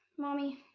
mommy,